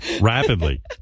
rapidly